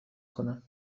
کنم